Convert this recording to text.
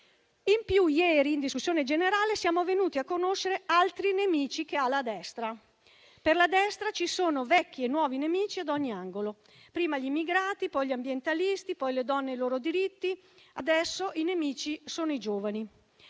In più ieri, in discussione generale, siamo venuti a conoscere altri nemici che ha la destra. Per la destra ci sono vecchi e nuovi nemici ad ogni angolo: prima gli immigrati, poi gli ambientalisti e ancora le donne e i loro diritti. Adesso i nemici sono i giovani: